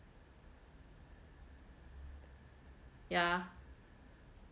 yeah